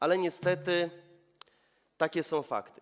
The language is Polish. Ale niestety takie są fakty.